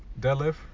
deadlift